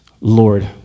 Lord